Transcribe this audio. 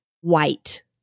white